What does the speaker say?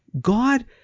God